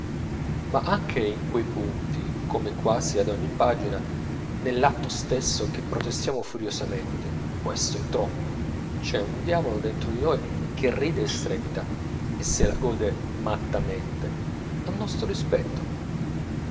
ma anche in quei punti come quasi ad ogni pagina nell'atto stesso che protestiamo furiosamente questo è troppo c'è un diavolo dentro di noi che ride e strepita e se la gode mattamente a nostro dispetto